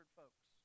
folks